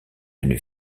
une